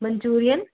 manchurian